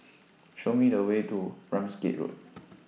Show Me The Way to Ramsgate Road